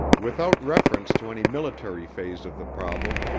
without reference to any military phase of the problem,